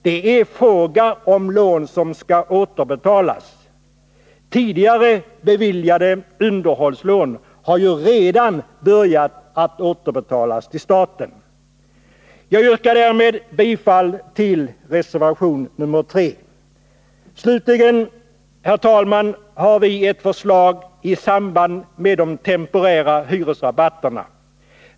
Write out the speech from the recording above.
Det är fråga om lån som skall återbetalas — tidigare beviljade underhållslån har redan börjat betalas tillbaka till staten. Jag yrkar därmed bifall till reservation nr 3. Slutligen, herr talman, har vi ett förslag i samband med de temporära hyresrabatterna.